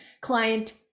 Client